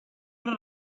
put